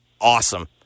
awesome